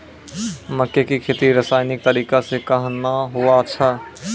मक्के की खेती रसायनिक तरीका से कहना हुआ छ?